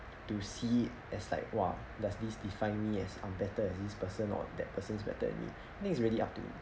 to see as like !wah! does this defined me as I'm better than this person or that person is better than me think it's really up to